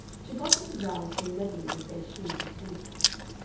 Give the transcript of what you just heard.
she got into rows through meddling with their shoes and tennis-rackets,